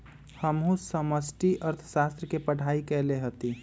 हमहु समष्टि अर्थशास्त्र के पढ़ाई कएले हति